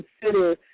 consider